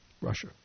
Russia